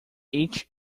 each